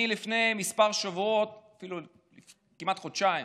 לפני כמה שבועות, כמעט חודשיים,